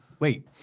Wait